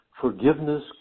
forgiveness